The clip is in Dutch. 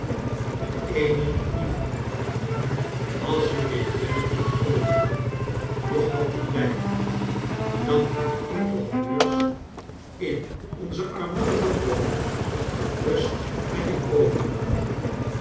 amy lieve als je mijnheer clennam kunt overhalen nog wat te blijven dan kan ik de honneurs in onze armoedige woning gernst aan je overlaten